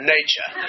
Nature